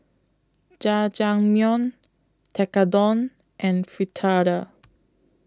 Jajangmyeon Tekkadon and Fritada